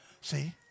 see